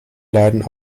leiden